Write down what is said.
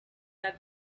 that